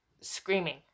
screaming